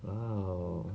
!wow!